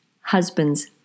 husband's